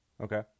Okay